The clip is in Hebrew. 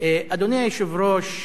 אדוני היושב-ראש,